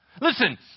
Listen